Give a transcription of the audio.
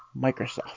Microsoft